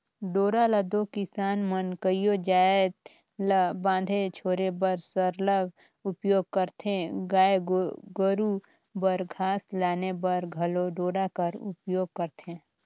डोरा ल दो किसान मन कइयो जाएत ल बांधे छोरे बर सरलग उपियोग करथे गाय गरू बर घास लाने बर घलो डोरा कर उपियोग करथे